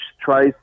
tries